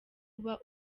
uba